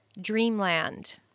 dreamland